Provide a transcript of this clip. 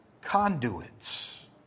conduits